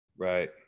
right